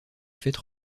fêtes